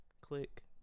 click